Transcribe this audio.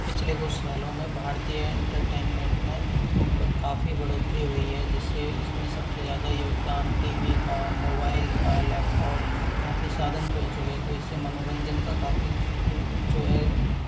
पिछले कुछ सालों में भारतीय एंटरटेनमेंट में काफ़ी बढ़ोतरी हुई है जिससे इसमें सबसे ज़्यादा योगदान टी वी का मोबाइल का लैपटॉप काफ़ी साधन खुल चुके हैं तो इससे मनोरंजन का काफ़ी जो है